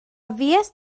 fuest